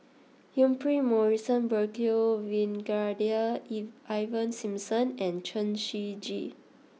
Humphrey Morrison Burkill Brigadier Ivan Simson and Chen Shiji